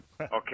okay